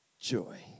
joy